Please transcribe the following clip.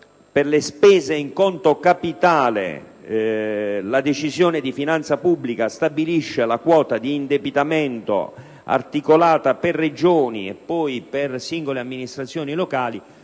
le spese in conto capitale la decisione di finanza pubblica stabilisce la quota di indebitamento articolata per Regioni e poi per singole amministrazioni locali.